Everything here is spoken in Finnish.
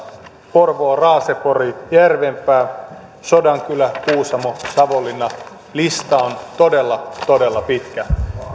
porvoo raasepori järvenpää sodankylä kuusamo savonlinna lista on todella todella pitkä ja